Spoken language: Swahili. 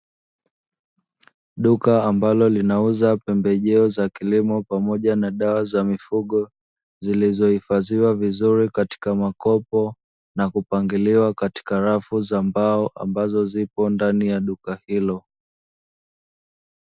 Duka ambalo linauza pembejeo za kilimo, pamoja na dawa za mifugo, zilizohifadhiwa vizuri katika makopo na kupangiliwa katika rafu za mbao ambazo zipo ndani ya duka hilo.